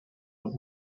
und